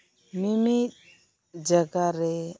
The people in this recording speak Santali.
ᱢᱤᱢᱤᱫ ᱡᱟᱜᱟ ᱨᱮ